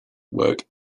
work